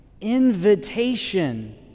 invitation